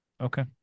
Okay